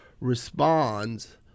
responds